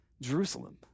Jerusalem